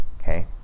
okay